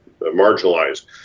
marginalized